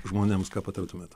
žmonėms ką patartumėt